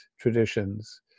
traditions